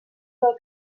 del